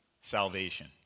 salvation